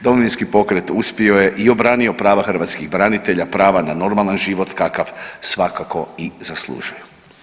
Domovinski pokret uspio je i obranio prava hrvatskih branitelja, prava na normalan život kakav svakako i zaslužuju.